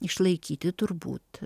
išlaikyti turbūt